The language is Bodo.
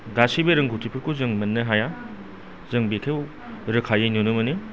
गासैबो रोंगौथिफोरखौ जों मोननो हाया जों बेखौ रोखायै नुनो मोनो